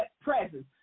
presence